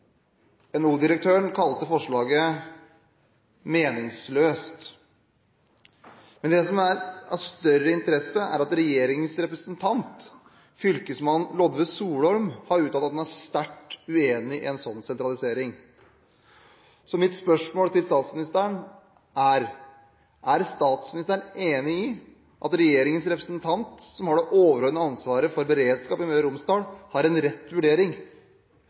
kalte forslaget meningsløst. Det som er av større interesse, er at regjeringens representant, fylkesmann Lodve Solholm, har uttalt at han er sterkt uenig i en sånn sentralisering. Mitt spørsmål til statsministeren er: Er statsministeren enig i at regjeringens representant, som har det overordnede ansvaret for beredskap i Møre og Romsdal, har en rett vurdering,